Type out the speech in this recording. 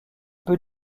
peut